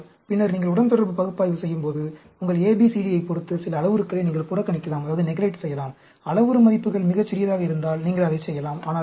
ஆனால் பின்னர் நீங்கள் உடன்தொடர்பு பகுப்பாய்வு செய்யும்போது உங்கள் A B C D ஐப் பொறுத்து சில அளவுருக்களை நீங்கள் புறக்கணிக்கலாம் அளவுரு மதிப்புகள் மிகச் சிறியதாக இருந்தால் நீங்கள் அதைச் செய்யலாம்